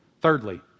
Thirdly